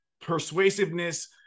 persuasiveness